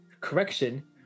Correction